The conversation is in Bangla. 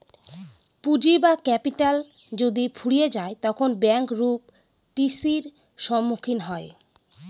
পুঁজি বা ক্যাপিটাল যদি ফুরিয়ে যায় তখন ব্যাঙ্ক রূপ টি.সির সম্মুখীন হয়